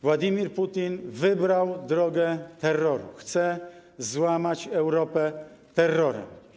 Władimir Putin wybrał drogę terroru, chce złamać Europę terrorem.